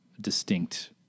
distinct